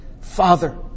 Father